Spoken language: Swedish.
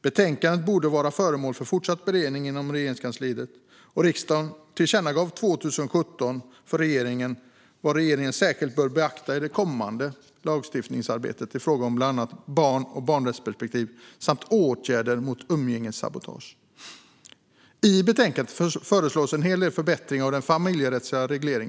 Betänkandet borde vara föremål för fortsatt beredning inom Regeringskansliet, och riksdagen tillkännagav 2017 för regeringen vad regeringen särskilt bör beakta i det kommande lagstiftningsarbetet i fråga om bland annat barn och barnrättsperspektiv samt åtgärder mot umgängessabotage. I betänkandet föreslås en hel del förbättringar av den familjerättsliga regleringen.